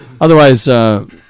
otherwise